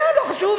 כן, לא חשוב.